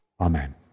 Amen